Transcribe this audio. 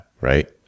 Right